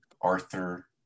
Arthur